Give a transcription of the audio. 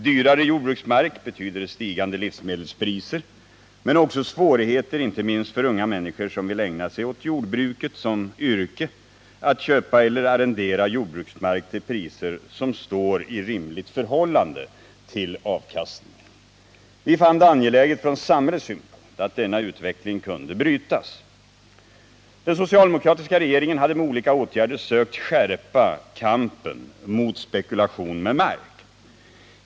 Dyrare jordbruksmark betyder stigande livsmedelspriser men också svårigheter, inte minst för unga människor som vill ägna sig åt jordbruket som yrke, att köpa eller arrendera jordbruksmark till priser som står i rimligt förhållande till avkastningen. Vi fann det angeläget från samhällets synpunkt att denna utveckling kunde brytas. Den socialdemokratiska regeringen hade med olika åtgärder sökt skärpa kampen mot spekulation med mark.